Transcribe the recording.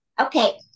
Okay